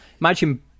Imagine